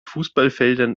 fußballfeldern